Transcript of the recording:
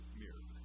mirror